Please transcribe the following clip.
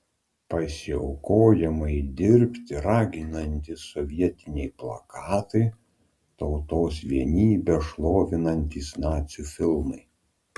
pasiaukojamai dirbti raginantys sovietiniai plakatai tautos vienybę šlovinantys nacių filmai